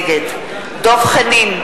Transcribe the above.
נגד דב חנין,